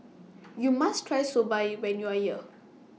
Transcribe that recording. YOU must Try Soba when YOU Are here